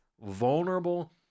vulnerable